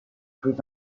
plus